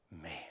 Man